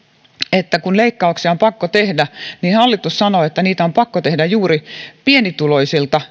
että kun leikkauksia on pakko tehdä niin hallitus sanoo että niitä on pakko tehdä juuri pienituloisilta